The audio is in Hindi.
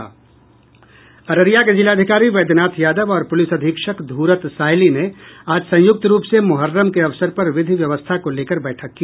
अररिया के जिलाधिकारी वैद्यनाथ यादव और पुलिस अधीक्षक धूरत सायली ने आज संयुक्त रूप से मोहर्रम के अवसर पर विधि व्यवस्था को लेकर बैठक की